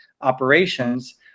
operations